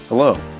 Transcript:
Hello